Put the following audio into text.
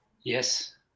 Yes